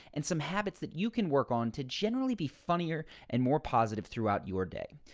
and some habits that you can work on to generally be funnier and more positive throughout your day.